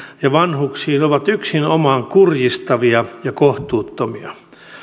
ja vanhuksiin ovat yksinomaan kurjistavia ja kohtuuttomia